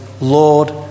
Lord